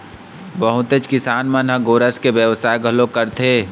बहुते किसान मन ह गोरस के बेवसाय घलोक करथे